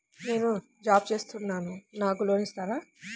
నేను జాబ్ చేస్తున్నాను నాకు లోన్ ఇస్తారా?